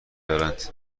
دارند